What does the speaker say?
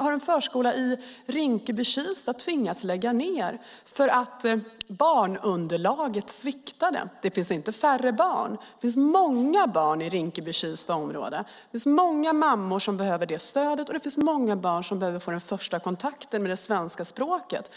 en förskola i Rinkeby-Kista har tvingats lägga ned bara på grund av införandet av vårdnadsbidraget, eftersom barnunderlaget sviktade. Det finns inte färre barn; det finns många barn i Rinkeby-Kista-området. Det finns många mammor som behöver detta stöd, och det finns många barn som behöver få den första kontakten med det svenska språket.